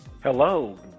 hello